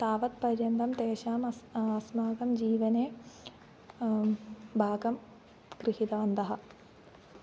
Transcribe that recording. तावत्पर्यन्तं तेषाम् अस्ति अस्माकं जीवने भागं गृहीतवन्तः